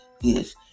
yes